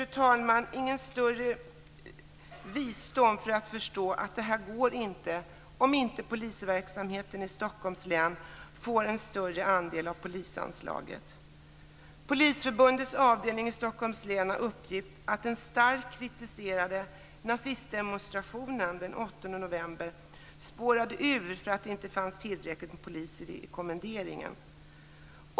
Det krävs ingen större visdom för att förstå att det inte går längre om inte polisverksamheten i Stockholms län får en större andel av polisanslaget. Polisförbundets avdelning i Stockholms län har uppgett att den starkt kritiserade nazistdemonstrationen den 8 november spårade ur därför att det inte fanns tillräckligt med poliser utkommenderade.